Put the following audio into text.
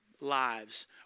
lives